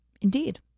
Indeed